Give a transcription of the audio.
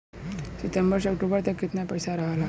सितंबर से अक्टूबर तक कितना पैसा रहल ह?